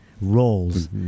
roles